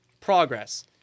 progress